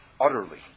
utterly